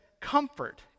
comfort